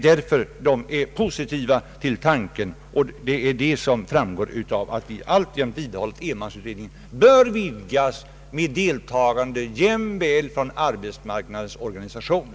Därför är de positiva till tanken, vilket gör att vi alltjämt vidhåller att enmansutredningen bör vidgas med deltagande jämväl från arbetsmarknadens organisationer.